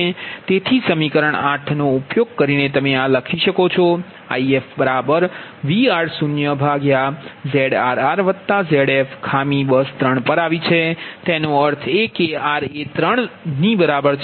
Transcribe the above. તેથી સમીકરણ 8 નો ઉપયોગ કરીને તમે આ લખી શકો છો IfVr0ZrrZf ખામી બસ 3 પર આવી છે એનો અર્થ એ કે r એ 3 ની બરાબર છે